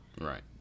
Right